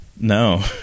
No